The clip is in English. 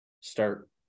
start